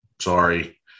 sorry